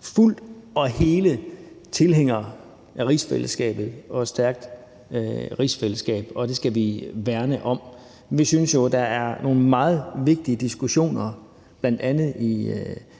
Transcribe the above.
fuldt og helt tilhænger af rigsfællesskabet og af et stærkt rigsfællesskab, og at det skal vi værne om. Vi synes jo, at der er nogle meget vigtige diskussioner, som